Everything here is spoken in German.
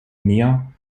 meer